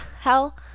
hell